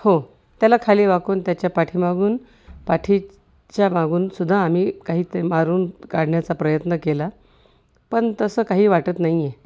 हो त्याला खाली वाकून त्याच्या पाठीमागून पाठीच्या मागूनसुद्धा आम्ही काही ते मारून काढण्याचा प्रयत्न केला पण तसं काही वाटत नाही आहे